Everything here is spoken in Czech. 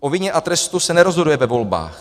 O vině a trestu se nerozhoduje ve volbách.